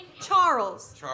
Charles